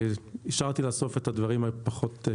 השארתי לסוף את הדברים הפחות.